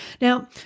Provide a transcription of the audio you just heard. Now